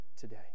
today